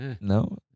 no